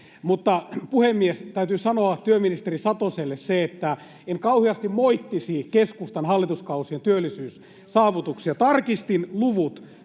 Mutta, puhemies, täytyy sanoa työministeri Satoselle se, että en kauheasti moittisi keskustan hallituskausien työllisyyssaavutuksia. Tarkistin luvut: